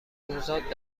نوزاد